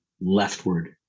leftward